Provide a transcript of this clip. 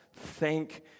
Thank